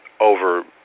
over